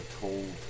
told